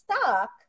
stuck